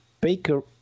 Baker